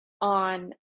on